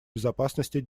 безопасности